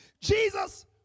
Jesus